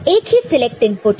एक ही select input है